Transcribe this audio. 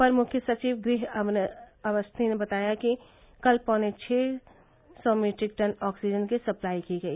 अपर मुख्य सचिव गृह अवनीश अवस्थी ने बताया कि कल पौने छह सौ मीट्रिक टन ऑक्सीजन की सप्लाई की गई